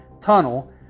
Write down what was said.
tunnel